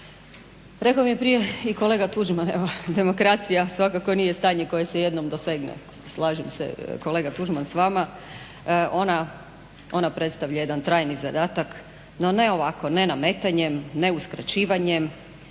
Rekao je prije i kolega Tuđman evo demokracija svakako nije stanje koje se jednom dosegne. Slažem se kolega Tuđman s vama. Ona predstavlja jedan trajni zadatak. No ne ovako ne nametanjem ne uskraćivanjem